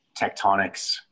tectonics